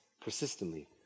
persistently